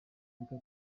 bake